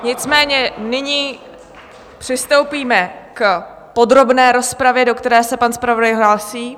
Nicméně nyní přistoupíme k podrobné rozpravě, do které se pan zpravodaj hlásí.